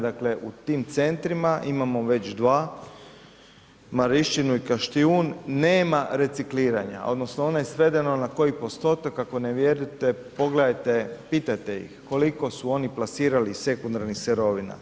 Dakle, u tim centrima imamo već dva Marišćinu i Kaštijun, nema recikliranja odnosno ono je svedeno na koji postotak, ako ne vjerujete pogledajte, pitajte ih koliko su oni plasirali sekundarnih sirovina.